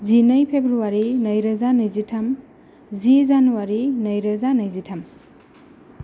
जिनै फेब्रुवारि नैरोजा नैजिथाम जि जानुवारि नैरोजा नैजिथाम